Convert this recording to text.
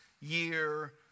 year